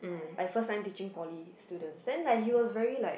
I first time teaching poly student then like he was really like